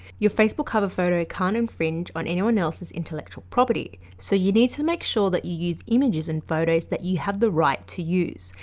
your facebook cover photo can't infringe on anyone else's intellectual property, so you need to make sure that you use images and photos that you have the right to use.